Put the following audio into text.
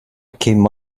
came